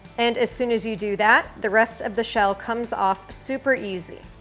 and as soon as you do that, the rest of the shell comes off super easy.